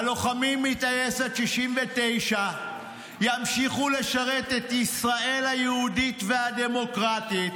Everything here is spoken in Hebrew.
"הלוחמים מטייסת 69 ימשיכו לשרת את ישראל היהודית והדמוקרטית